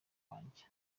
wange